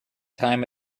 time